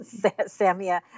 samia